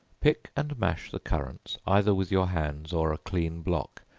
pick and mash the currants, either with your hands or a clean block,